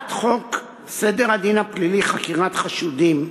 הצעת חוק סדר הדין הפלילי (חקירת חשודים),